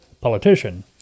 politician